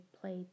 played